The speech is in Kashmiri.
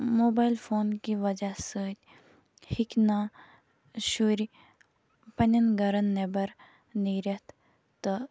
موبایل فون کہِ وجہہ سۭتۍ ہیٚکنہٕ شُرۍ پَننٮ۪ن گَرَن نٮ۪بر نیرِتھ تہٕ